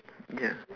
ya